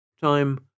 Time